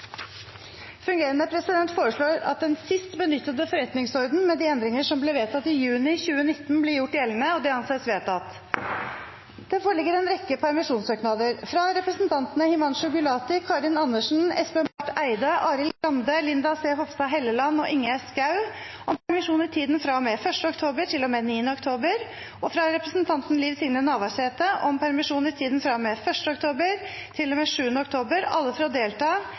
Fungerende president foreslår at den sist benyttede forretningsorden, med de endringer som ble vedtatt i juni 2019, blir gjort gjeldende. – Det anses vedtatt. Det foreligger en rekke permisjonssøknader: fra representantene Himanshu Gulati , Karin Andersen , Espen Barth Eide , Arild Grande , Linda C. Hofstad Helleland og Ingjerd Schou om permisjon i tiden fra og med 1. oktober til og med 9. oktober, og fra representanten Liv Signe Navarsete om permisjon i tiden fra og med 1. oktober til og med 7. oktober – alle